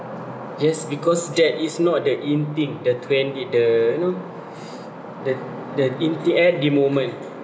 yes because that is not the in thing the trend did the you know the the in thing at the moment